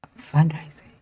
Fundraising